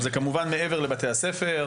כמובן שמדובר בנושא שהוא מעבר לבתי הספר,